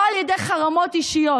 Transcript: לא על ידי חרמות אישיות.